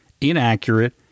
inaccurate